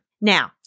Now